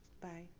Bye